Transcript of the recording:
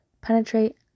penetrate